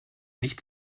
nicht